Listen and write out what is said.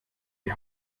die